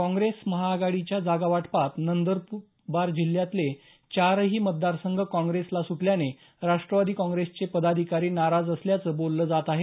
काँप्रेस महाआघाडीच्या जागावाटपात नंदरबार जिल्ह्यातले चारही मतदारसंघ कॉंग्रेसला सुटल्याने राष्ट्रवादी काँग्रेसचे पदाधिकारी नाराज असल्याचं बोललं जात आहे